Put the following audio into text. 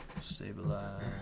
Stabilize